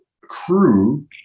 crew